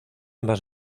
más